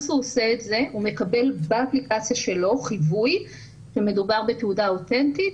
שהוא עושה את זה הוא מקבל באפליקציה שלו חיווי שמדובר בתעודה אותנטית,